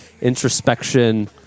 introspection